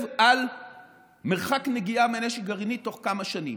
על מרחק נגיעה מנשק גרעיני בתוך כמה שנים.